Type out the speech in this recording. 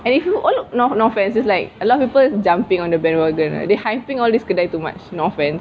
and if you all no no offence there's like a lot of people jumping on the bandwagon ah they hyping all these kedai too much no offence